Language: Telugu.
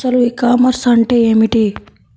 అసలు ఈ కామర్స్ అంటే ఏమిటి?